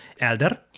Elder